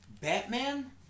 Batman